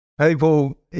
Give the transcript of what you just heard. people